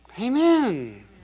Amen